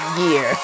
year